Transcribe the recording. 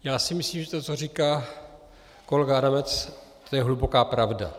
Já si myslím, že to, co říká kolega Adamec, je hluboká pravda.